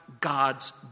God's